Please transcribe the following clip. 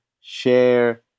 share